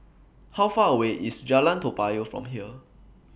How Far away IS Jalan Toa Payoh from here